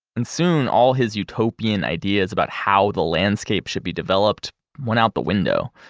and soon all his utopian ideas about how the landscape should be developed went out the window.